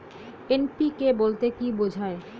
NPK বলতে কী বোঝায়?